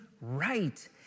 right